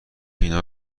اینا